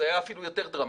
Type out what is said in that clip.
זה היה אפילו יותר דרמטי.